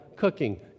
cooking